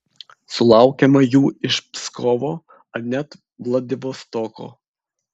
sulaukiama jų iš pskovo ar net vladivostoko